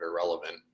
irrelevant